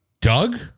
Doug